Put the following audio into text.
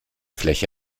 fläche